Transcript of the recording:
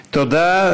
תודה.